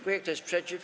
Kto jest przeciw?